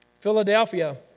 Philadelphia